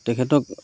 তেখেতক